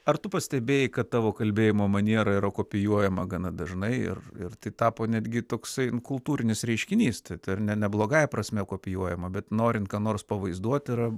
ar tu pastebėjai kad tavo kalbėjimo maniera yra kopijuojama gana dažnai ir ir tai tapo netgi toksai kultūrinis reiškinys tai ar ne ne blogąja prasme kopijuojama bet norint ką nors pavaizduoti yra